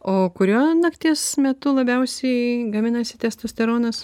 o kuriuo nakties metu labiausiai gaminasi testosteronas